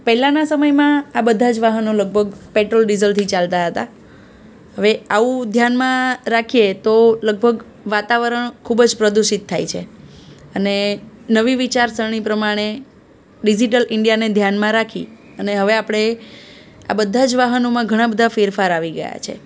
પહેલાંના સમયમાં આ બધા જ વાહનો લગભગ પેટ્રોલ ડિઝલથી ચાલતા હતા હવે આવું ધ્યાનમાં રાખીએ તો લગભગ વાતાવરણ ખૂબ જ પ્રદૂષિત થાય છે અને નવી વિચારસરણી પ્રમાણે ડિજિટલ ઇન્ડિયાને ધ્યાનમાં રાખી અને હવે આપણે આ બધા જ વાહનોમાં ઘણા બધા ફેરફારો આવી ગયા છે